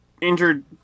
Injured